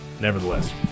nevertheless